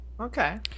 Okay